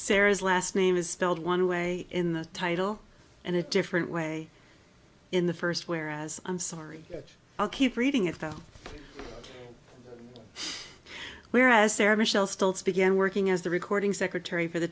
sarah's last name is spelled one way in the title and a different way in the first whereas i'm sorry i'll keep reading it though whereas sarah michelle stoltz began working as the recording secretary for the